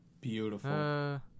beautiful